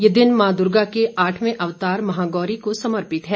यह दिन मॉ दुर्गा के आठवें अवतार महागौरी को समर्पित है